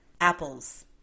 Apples